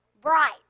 bright